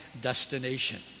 destination